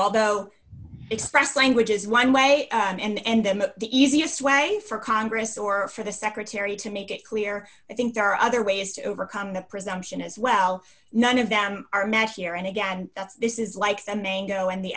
although express language is one way and that the easiest way for congress or for the secretary to make it clear i think there are other ways to overcome the presumption as well none of them are met here and again this is like they may go in the